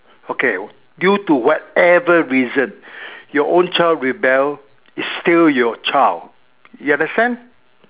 okay due to whatever reason your own child rebel is still your child you understand